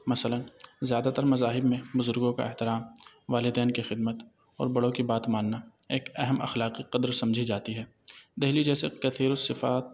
مثلاً زیادہ تر مذاہب میں بزرگوں کا احترام والدین کی خدمت اور بڑوں کی بات ماننا ایک اہم اخلاقی قدر سمجھی جاتی ہے دہلی جیسے کثیر الصفات